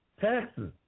taxes